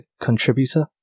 contributor